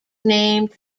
named